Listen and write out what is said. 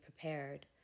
prepared